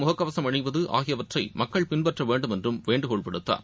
முக கவசம் அணிவது ஆகியவற்றை மக்கள் பின்பற்ற வேண்டும் என்று வேண்டுகோள் விடுத்தார்